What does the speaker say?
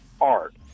art